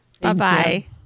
Bye-bye